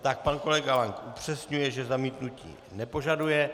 Tak pan kolega Lank upřesňuje, že zamítnutí nepožaduje.